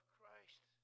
Christ